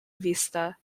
vista